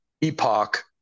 epoch